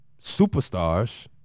superstars